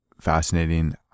fascinating